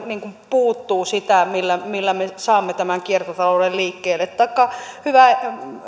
puuttuu sitä millä millä me saamme tämän kiertotalouden liikkeelle taikka hyvä